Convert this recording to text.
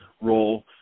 role